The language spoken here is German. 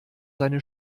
seine